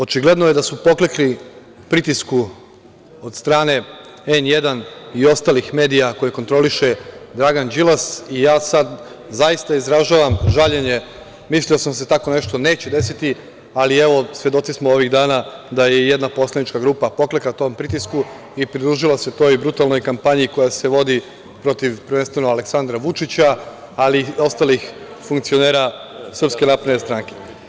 Očigledno je da su poklekli pritisku od strane N1 i ostalih medija koje kontroliše Dragan Đilas i ja sad zaista izražavam žaljenje, mislio sam da se tako nešto neće desiti, ali evo svedoci smo ovih dana da je jedna poslanička grupa poklekla tom pritisku i pridružila se toj brutalnoj kampanji koja se vodi protiv, prvenstveno, Aleksandra Vučića, ali i ostalih funkcionera SNS.